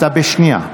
אתה בשנייה.